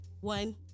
One